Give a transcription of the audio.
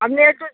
আপনি একটু